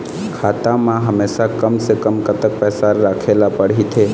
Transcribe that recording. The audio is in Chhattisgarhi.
खाता मा हमेशा कम से कम कतक पैसा राखेला पड़ही थे?